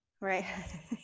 Right